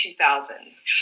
2000s